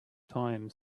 time